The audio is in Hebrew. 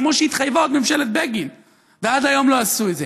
כמו שהתחייבה עוד ממשלת בגין ועד היום לא עשו את זה.